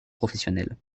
professionnelle